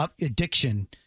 addiction